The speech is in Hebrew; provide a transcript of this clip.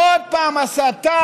עוד פעם הסתה.